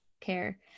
care